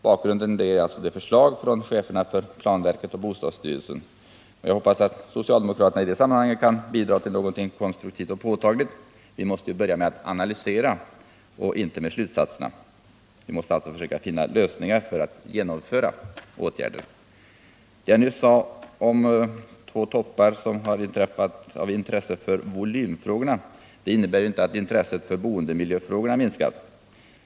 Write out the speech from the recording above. Bakgrunden är ett förslag från cheferna för planverket och bostadsstyrelsen. Jag får hoppas att socialdemokraterna i det sammanhanget kan bidra till någonting konstruktivt och påtagligt; vi måste börja med analyserna och inte med slutsatserna, vi måste alltså finna lösningar för att genomföra åtgärder. Det jag nyss sade om två toppar av intresse för volymfrågorna innebär inte att intresset för boendemiljöfrågorna minskat.